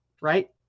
right